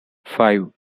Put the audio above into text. five